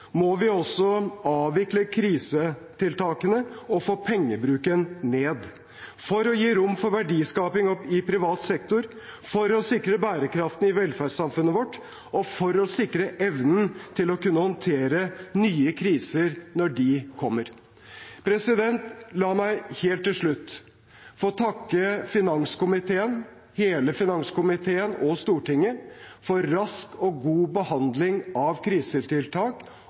må vi også avvikle krisetiltakene og få pengebruken ned for å gi rom for verdiskapingen i privat sektor, for å sikre bærekraften i velferdssamfunnet vårt og for å sikre evnen til å kunne håndtere nye kriser når de kommer. La meg helt til slutt få takke hele finanskomiteen og Stortinget for rask og god behandling av krisetiltak